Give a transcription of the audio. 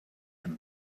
him